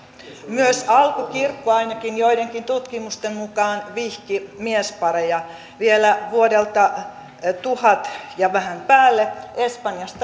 myös alkukirkko ainakin joidenkin tutkimusten mukaan vihki miespareja vielä vuodelta tuhat ja vähän päälle espanjasta